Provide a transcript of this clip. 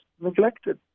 neglected